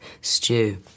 stew